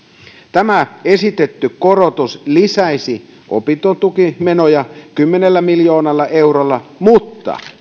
tämä esitetty korotus lisäisi opintotukimenoja kymmenellä miljoonalla eurolla mutta